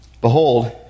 Behold